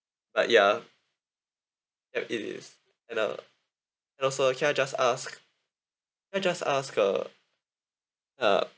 but ya if it is and uh and also can I just ask can I just ask uh uh